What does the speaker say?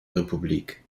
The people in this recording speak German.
republik